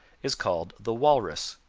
is called the walrus.